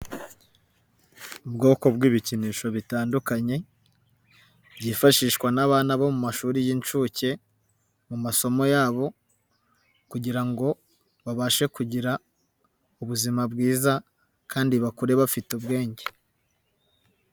Ubwoko bw'ibikinisho bitandukanye byifashishwa n' abana bo mu mashuri y'inshuke mu masomo yabo kugira ngo babashe kugira ubuzima bwiza kandi bakure bafite ubwenge.